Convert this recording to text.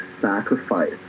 sacrifice